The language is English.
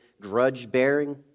grudge-bearing